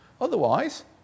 Otherwise